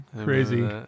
crazy